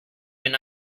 deny